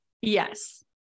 Yes